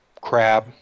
crab